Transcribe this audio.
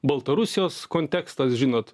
baltarusijos kontekstas žinot